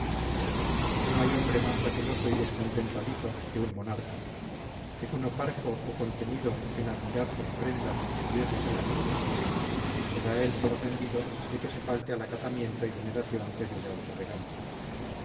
no hay hombre más receloso y descontentadizo que un monarca es uno parco o contenido en admirar sus prendas y subirlas a las nubes se da él por ofendido de que se falte al acatamiento y veneración debida al soberano